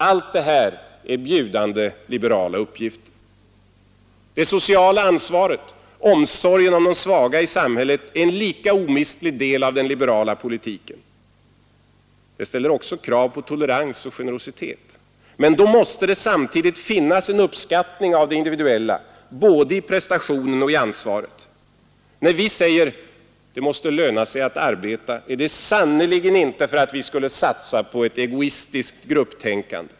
Allt detta är bjudande liberala uppgifter. Det sociala ansvaret, omsorgen om de svaga i samhället är en lika omistlig del av den liberala politiken. Det ställer också krav på tolerans och generositet. Men då måste det samtidigt finnas en uppskattning av det individuella, både i prestationen och i ansvaret. När vi säger ”det måste löna sig att arbeta” är det sannerligen inte för att vi skulle satsa på ett egoistiskt grupptänkande.